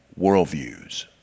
worldviews